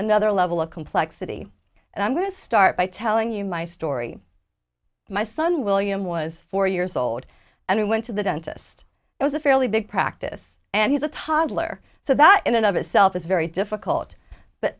another level of complexity and i'm going to start by telling you my story my son william was four years old and i went to the dentist it was a fairly big practice and he's a toddler so that in and of itself is very difficult but